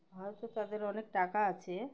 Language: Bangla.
হয়তো তাদের অনেক টাকা আছে